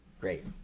Great